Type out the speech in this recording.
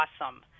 awesome